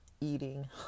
eating